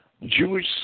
Jewish